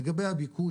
לגבי הביקוש,